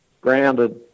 grounded